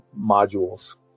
modules